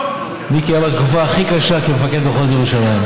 מיקי עבר את התקופה הכי קשה כמפקד מחוז ירושלים.